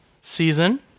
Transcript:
season